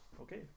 Okay